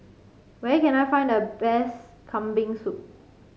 where can I find the best Kambing Soup